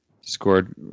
Scored